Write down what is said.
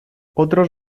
otros